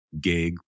gig